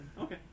Okay